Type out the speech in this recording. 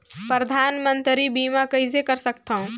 परधानमंतरी बीमा कइसे कर सकथव?